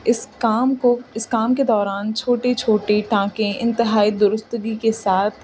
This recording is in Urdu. اس کام کو اس کام کے دوران چھوٹے چھوٹے ٹانکے انتہائی درستگی کے ساتھ